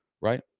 right